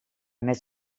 met